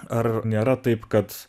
ar nėra taip kad